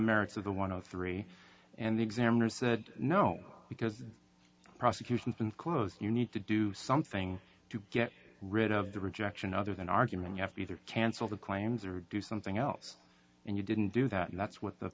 merits of the one of three and the examiner said no because the prosecution's been closed you need to do something to get rid of the rejection other than argument you have to either cancel the claims or do something else and you didn't do that and that's what the